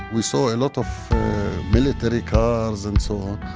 we saw a lot of military cars and so on.